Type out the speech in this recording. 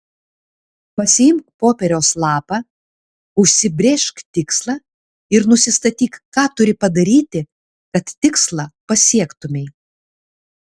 pasiimk popieriaus lapą užsibrėžk tikslą ir nusistatyk ką turi padaryti kad tikslą pasiektumei